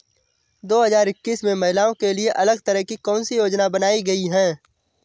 दो हजार इक्कीस में महिलाओं के लिए अलग तरह की कौन सी योजना बनाई गई है?